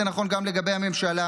זה נכון גם לגבי הממשלה,